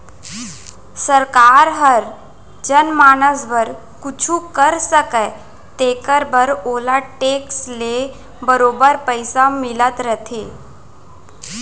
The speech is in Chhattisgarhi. सरकार हर जनमानस बर कुछु कर सकय तेकर बर ओला टेक्स ले बरोबर पइसा मिलत रथे